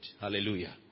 Hallelujah